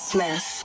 Smith